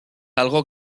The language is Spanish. algo